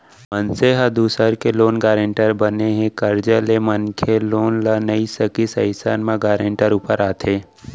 मनसे ह दूसर के लोन गारेंटर बने हे, करजा ले मनखे लोन ल नइ सकिस अइसन म गारेंटर ऊपर आथे